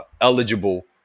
eligible